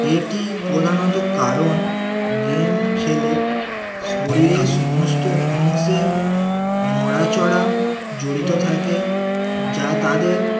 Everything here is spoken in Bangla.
এটির প্রধানত কারণ গেম খেলে শরীরের সমস্ত অংশের নড়াচড়া জড়িত থাকে যা তাদের